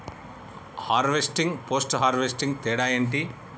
Harvesting, post harvesting తేడా ఏంటి?